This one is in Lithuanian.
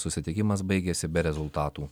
susitikimas baigėsi be rezultatų